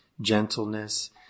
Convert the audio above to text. gentleness